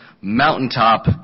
mountaintop